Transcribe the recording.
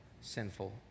sinful